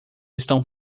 estão